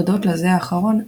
הודות לזה האחרון,